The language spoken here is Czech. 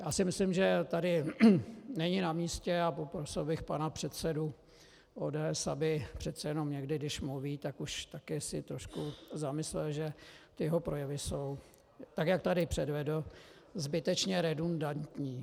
Já si myslím, že tady není namístě, a poprosil bych pana předsedu ODS, aby se přece jenom někdy, když mluví, už také trošku zamyslel, že jeho projevy jsou, tak jak tady předvedl, zbytečně redundantní.